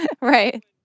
right